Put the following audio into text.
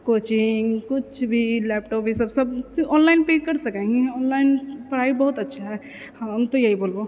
coaching कुछ भी laptop ई सभ सभ चीज ऑनलाइनपर करि सकै हैय ऑनलाइन पढ़ाइ बहुत अच्छा हैय हम तऽ यही बोलबौ